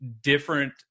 different